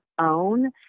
own